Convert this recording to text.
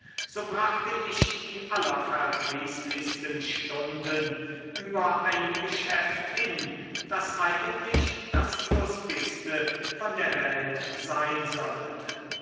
so brachte ich die allerverdrießlichsten stunden über einem geschäft hin das eigentlich das lustigste von der welt sein sollte